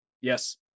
yes